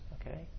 Okay